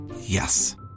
Yes